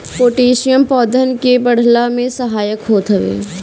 potassium पौधन के बढ़ला में सहायक होत हवे